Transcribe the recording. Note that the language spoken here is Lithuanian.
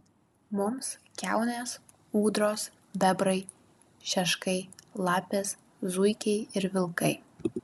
mums kiaunės ūdros bebrai šeškai lapės zuikiai ir vilkai